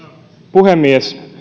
puhemies